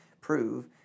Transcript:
prove